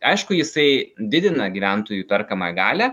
aišku jisai didina gyventojų perkamąją galią